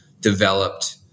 developed